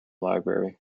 library